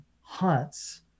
hunts